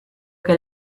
que